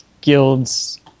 guilds